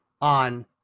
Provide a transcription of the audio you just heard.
on